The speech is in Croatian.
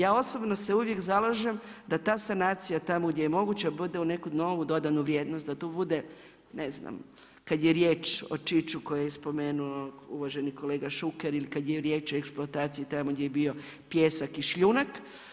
Ja osobno se uvijek zalažem, da ta sanacija, tamo gdje je moguća bude u neku novu dodanu vrijednost, da to bude, ne znam, kad je riječ o Čiću koje je spomenuo uvaženi kolega Šuker i kada je riječ o eksploataciji tamo gdje je bio pijesak i šljunak.